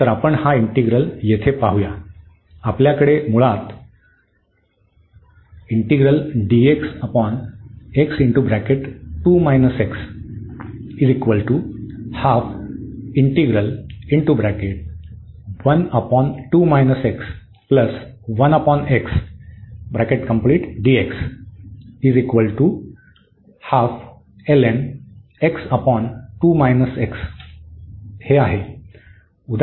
तर आपण हा इंटिग्रल येथे पाहूया आपल्याकडे मुळात हे आहे